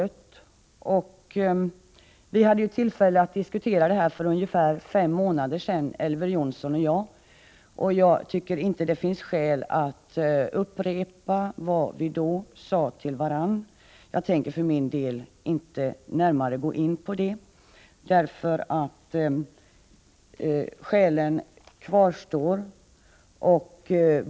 Elver Jonsson och jag hade tillfälle att diskutera dessa saker för ungefär fem månader sedan. Det finns inte skäl att nu upprepa vad vi då sade till varandra. Jag tänker för min del inte gå närmare in på det. Skälen kvarstår.